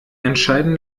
entscheiden